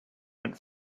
went